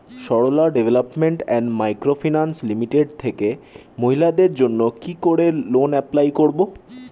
Sarala development and micro finance limited থেকে মহিলাদের জন্য কি করে লোন এপ্লাই করব?